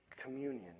communion